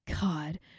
God